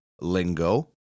lingo